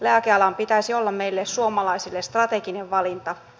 lääkealan pitäisi olla meille suomalaisille strateginen valinta